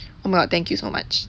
oh my god thank you so much